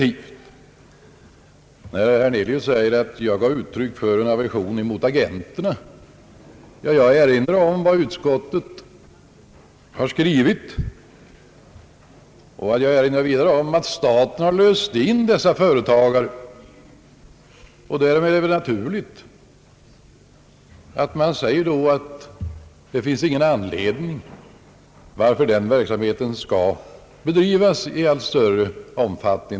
Herr Hernelius säger att jag gav uttryck för aversion mot agenterna. Jag erinrar om vad utskottet har skrivit, och jag erinrar vidare om att staten har löst in dessa företag. Därmed är det väl naturligt att man säger att det inte finns någon anledning till att den verksamheten skall bedrivas i allt större omfattning.